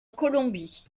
colombie